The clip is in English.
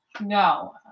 No